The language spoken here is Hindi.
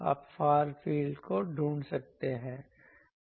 आप फार फील्ड को ढूंढ सकते हैं